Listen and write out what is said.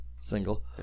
single